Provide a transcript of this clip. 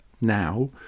now